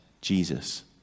Jesus